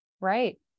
right